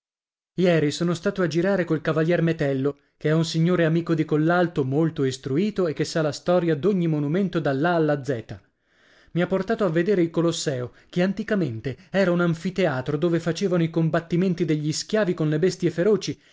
ieri sono stato a girare col cavalier metello che è un signore amico dì collalto molto istruito e che sa la storia d'ogni monumento dall'a alla zeta i ha portato a vedere il colosseo che anticamente era un anfiteatro dove facevano i combattimenti degli schiavi con le bestie feroci